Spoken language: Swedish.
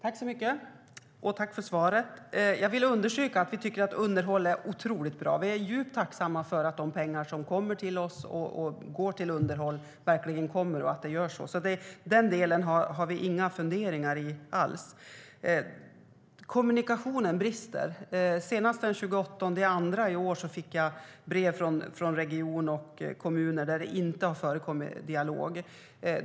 Herr talman! Låt mig understryka att vi tycker att underhåll är otroligt bra. Vi är djupt tacksamma för de pengar som kommer till oss och för det underhåll som görs. Vi har inga funderingar kring det. Kommunikationen brister. Senast den 28 februari i år fick jag brev från regioner och kommuner där det inte har förekommit dialog.